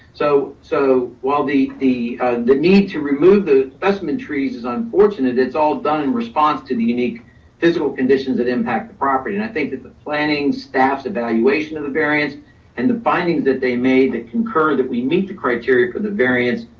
so so, while the the need to remove the vestment trees is unfortunate, it's all done in response to the unique physical conditions that impact the property. and i think that the planning staff's evaluation of the variance and the findings that they made that concur that we meet the criteria for the variance,